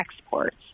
exports